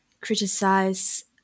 criticize